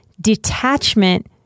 detachment